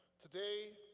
today,